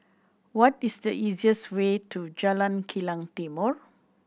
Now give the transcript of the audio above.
what is the easiest way to Jalan Kilang Timor